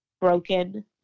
broken